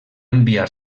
enviar